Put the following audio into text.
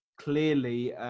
Clearly